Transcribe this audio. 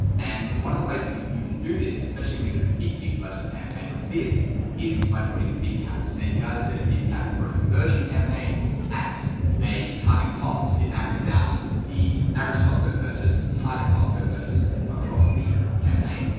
and one of the ways that we can do this especially when you have a big budget campaign like this is by putting bid caps. now you can either set a bid cap for conversion campaign at a target cost. it averages out the average cost per purchase target cost per purchase across the campaign.